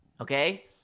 Okay